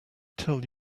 tell